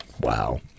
Wow